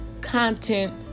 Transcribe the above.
content